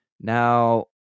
Now